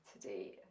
today